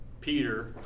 Peter